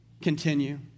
continue